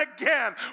again